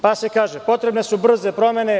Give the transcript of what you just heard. Pa se kaže – potrebne su brze promene.